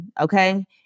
Okay